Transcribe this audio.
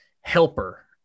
helper